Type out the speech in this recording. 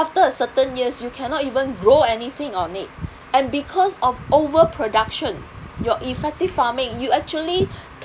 after a certain years you cannot even grow anything on it and because of overproduction your effective farming you actually